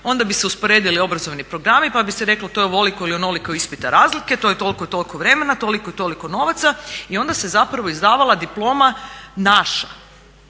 onda bi se usporedili obrazovni programi pa bi se reklo to je ovoliko ili onoliko ispita razlike, to je toliko i toliko vremena, toliko i toliko novaca i onda se zapravo izdavala diploma naša